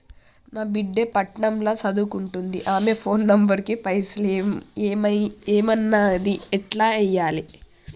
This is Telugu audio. నా బిడ్డే పట్నం ల సదువుకుంటుంది ఆమె ఫోన్ నంబర్ కి పైసల్ ఎయ్యమన్నది ఎట్ల ఎయ్యాలి?